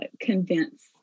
convince